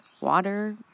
water